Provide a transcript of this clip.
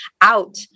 out